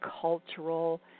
cultural